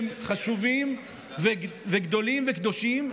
שהם חשובים וגדולים וקדושים,